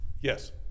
Yes